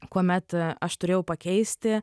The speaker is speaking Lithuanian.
kuomet aš turėjau pakeisti